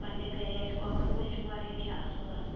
پننہِ گھرِ آسہِ کۄکر پوٗت یہِ چھُ واریاہ کیٚنٛہہ اصٕل آسان